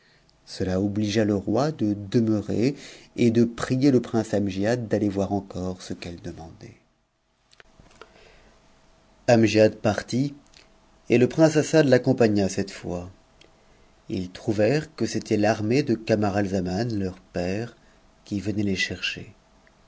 cela obligea le roi de demeurer et de prier le prince amgiad d'aller voir encore ce qu'elle demandait amgiad partit et le prince assadl'accompagna cette fois ils trouvèrent que c'était l'armée de camaralzaman leur père qui venait